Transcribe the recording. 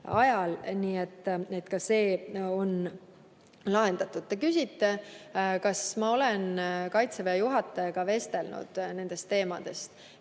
Nii et ka see on lahendatud. Te küsite, kas ma olen Kaitseväe juhatajaga vestelnud nendel teemadel.